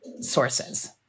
sources